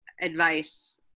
advice